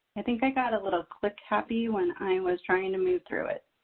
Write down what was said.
i think i got a little click happy when i was trying to move through it.